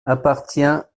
appartient